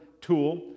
tool